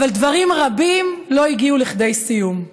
אבל דברים רבים לא הגיעו לכדי סיום.